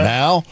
now